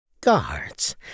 Guards